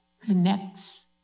connects